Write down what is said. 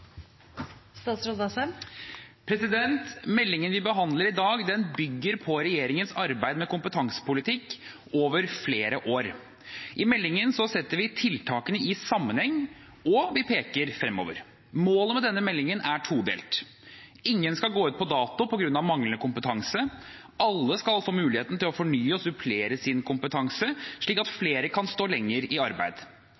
kompetansepolitikk over flere år. I meldingen setter vi tiltakene i sammenheng, og vi peker fremover. Målet med denne meldingen er todelt: Ingen skal gå ut på dato på grunn av manglende kompetanse. Alle skal få mulighet til å fornye og supplere sin kompetanse, slik at